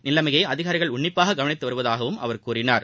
நிலைமையை அதிகாரிகள் உன்னிப்பாக கவனித்து வருவதாகவும் அவர் கூறினார்